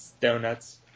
Donuts